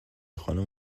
خانوم